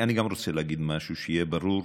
אני גם רוצה להגיד משהו, שיהיה ברור.